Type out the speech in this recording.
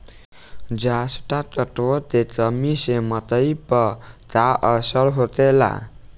जस्ता तत्व के कमी से मकई पर का असर होखेला?